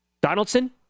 Donaldson